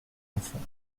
enfant